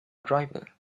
driver